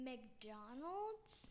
McDonald's